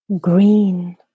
green